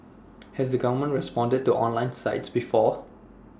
has the government responded to online sites before